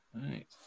right